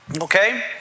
Okay